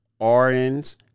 RNs